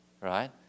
Right